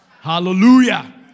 Hallelujah